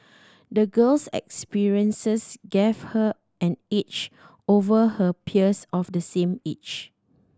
the girl's experiences gave her an edge over her peers of the same age